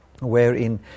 wherein